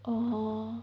orh